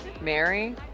Mary